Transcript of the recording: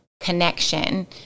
connection